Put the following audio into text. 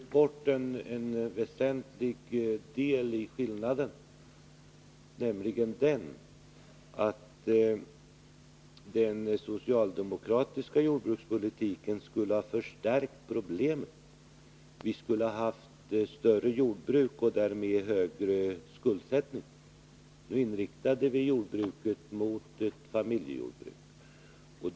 Herr talman! Herr Wictorsson glömde bort en väsentlig skillnad, nämligen detta att den socialdemokratiska jordbrukspolitiken skulle ha förstärkt problemen. Vi skulle ha haft större jordbruk och därmed en högre skuldsättning. Nu inriktade vi jordbrukspolitiken mot familjejordbruk.